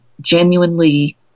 genuinely